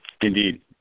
Indeed